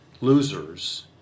losers